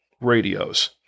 radios